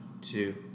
two